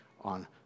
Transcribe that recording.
on